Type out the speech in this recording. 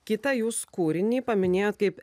kitą jūs kūrinį paminėjot kaip